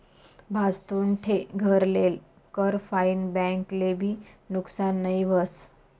भाजतुन ठे घर लेल कर फाईन बैंक ले भी नुकसान नई व्हस